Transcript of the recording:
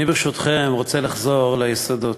אני, ברשותכם, רוצה לחזור ליסודות,